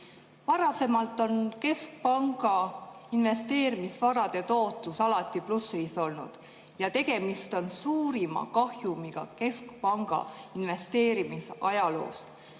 Varasemalt on keskpanga investeerimisvarade tootlus alati plussis olnud ja tegemist on suurima kahjumiga keskpanga investeerimisajaloos.